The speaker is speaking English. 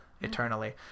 eternally